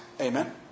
Amen